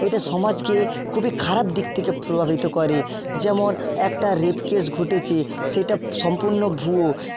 এটা সমাজকে খুবই খারাপ দিক থেকে প্রভাবিত করে যেমন একটা রেপ কেস ঘটেছে সেটা সম্পূর্ণ ভুয়ো